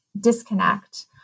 disconnect